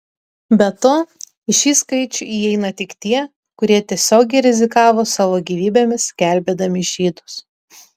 be to į šį skaičių įeina tik tie kurie tiesiogiai rizikavo savo gyvybėmis gelbėdami žydus